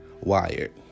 wired